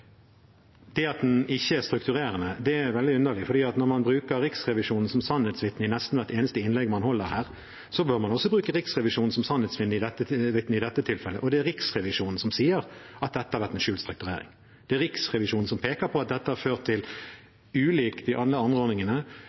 Det at den ikke er strukturerende, er veldig underlig, for når man bruker Riksrevisjonen som sannhetsvitne i nesten hvert eneste innlegg man holder her, så bør man også bruke Riksrevisjonen som sannhetsvitne i dette tilfellet. Og det er Riksrevisjonen som sier at dette har vært en skjult strukturering. Det er Riksrevisjonen som peker på at dette har ført til – ulikt og i større grad enn noen av de